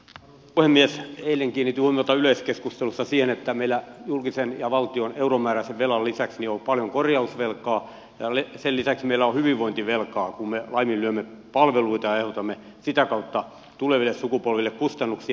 eilen kiinnitin huomiota yleiskeskustelussa siihen että meillä julkisen ja valtion euromääräisen velan lisäksi on paljon korjausvelkaa ja sen lisäksi meillä on hyvinvointivelkaa kun me laiminlyömme palveluita ja aiheutamme sitä kautta tuleville sukupolville kustannuksia